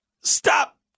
stop